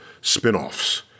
spinoffs